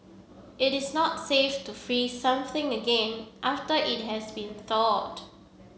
it is not safe to freeze something again after it has been thawed